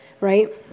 right